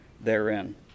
therein